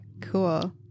Cool